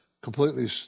completely